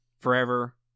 Forever